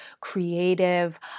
creative